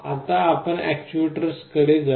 आता आपण अॅक्ट्युएटर्सकडे जाऊ